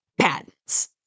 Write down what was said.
patents